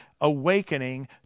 AWAKENING